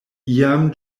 iam